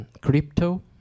crypto